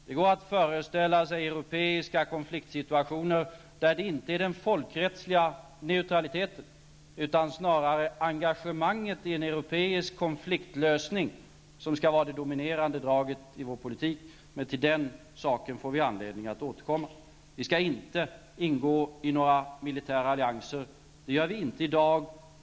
Det går att föreställa sig europeiska konfliktsituationer där det inte är den folkrättsliga neutraliteten utan snarare engagemanget i en europeisk konfliktlösning som skall vara det dominerande draget i vår politik. Till detta får vi anledning att återkomma. Vi skall inte ingå i några militära allianser. Det gör vi inte i dag.